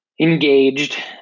engaged